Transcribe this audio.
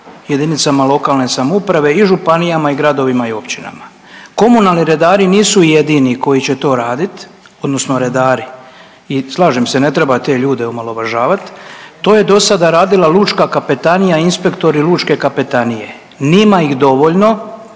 jedinicama lokalne samouprave i županijama i gradovima i općinama. Komunalni redari nisu jedini koji će do raditi odnosno redari i slažem se, ne treba te ljude omalovažavati, to je do sada radila lučka kapetanija i inspektori lučke kapetanije, nima ih dovoljno